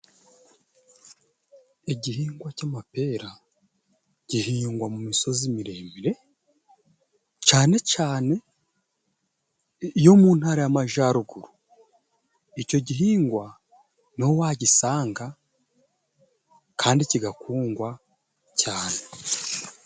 Igihingwa cy'amapera gihingwa mu misozi miremire, cyane cyane yo mu ntara y'amajyaruguru. Icyo gihingwa niho wagisanga kandi kigakundwa cyane.